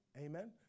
Amen